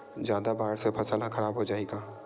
जादा बाढ़ से फसल ह खराब हो जाहि का?